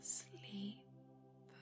sleep